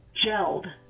gelled